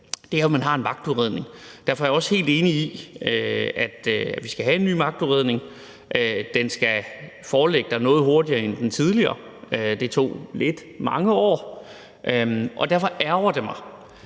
er, at man har en magtudredning, og derfor er jeg også helt enig i, at vi skal have en ny magtudredning, og den skal foreligge noget hurtigere end den tidligere, for det tog lidt mange år. Derfor ærgrer det mig,